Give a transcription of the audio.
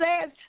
says